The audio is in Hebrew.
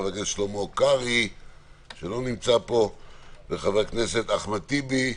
חבר הכנסת שלמה קרעי וחבר הכנסת אחמד טיבי,